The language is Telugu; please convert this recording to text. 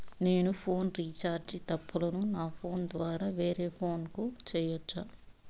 నేను ఫోను రీచార్జి తప్పులను నా ఫోను ద్వారా వేరే ఫోను కు సేయొచ్చా?